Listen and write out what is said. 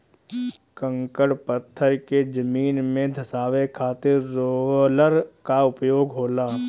कंकड़ पत्थर के जमीन में धंसावे खातिर रोलर कअ उपयोग होला